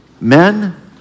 Men